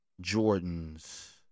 Jordan's